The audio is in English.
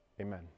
Amen